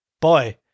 boy